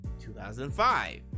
2005